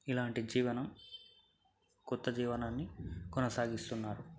ఇలాంటి జీవనం కొత్త జీవనాన్ని కొనసాగిస్తున్నారు